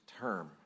term